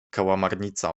kałamarnica